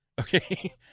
okay